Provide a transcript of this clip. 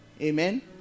Amen